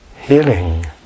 healing